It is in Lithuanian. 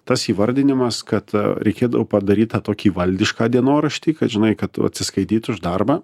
tas įvardinimas kad reikėtų padaryt tą tokį valdišką dienoraštį kad žinai kad atsiskaityt už darbą